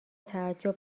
تعجب